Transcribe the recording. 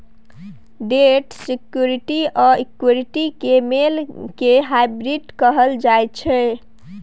date security आ equity केर मेल केँ हाइब्रिड कहल जाइ छै